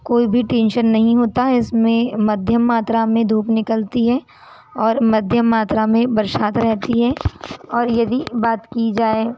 कोई भी टेंशन नहीं होता है इसमें मध्यम मात्रा में धूप निकलती है और मध्यम मात्रा में बरसात रहती है और यदि बात की जाए